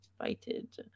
invited